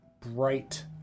bright